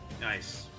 Nice